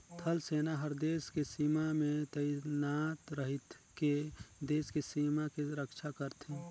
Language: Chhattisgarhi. थल सेना हर देस के सीमा में तइनात रहिके देस के सीमा के रक्छा करथे